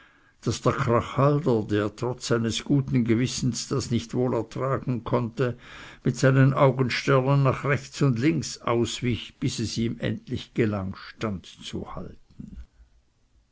der trotz seines guten gewissens das nicht wohl ertragen konnte mit seinen augensternen nach rechts und links auswich bis es ihm endlich gelang